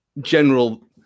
general